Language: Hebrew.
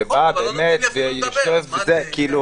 וזה אמון הציבור.